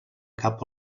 cap